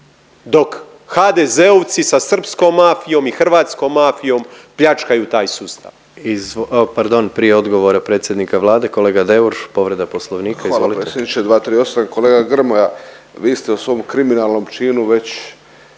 dok HDZ-ovci sa srpskom mafijom i hrvatskom mafijom pljačkaju taj sustav.